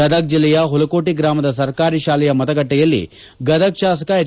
ಗದಗ ಜಿಲ್ಲೆಯ ಹುಲಕೋಟಿ ಗ್ರಾಮದ ಸರಕಾರಿ ಶಾಲೆಯ ಮತಗಟ್ಟೆಯಲ್ಲಿ ಗದಗ ಶಾಸಕ ಎಚ್